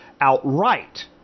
outright